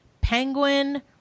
Penguin